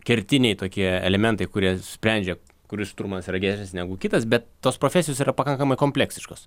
kertiniai tokie elementai kurie sprendžia kuris šturmanas yra geresnis negu kitas bet tos profesijos yra pakankamai kompleksiškos